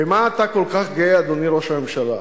במה אתה כל כך גאה, אדוני ראש הממשלה?